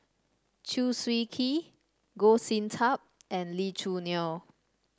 Chew Swee Kee Goh Sin Tub and Lee Choo Neo